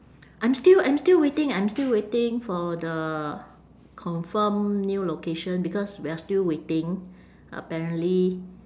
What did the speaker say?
I'm still I'm still waiting I'm still waiting for the confirm new location because we are still waiting apparently